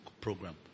program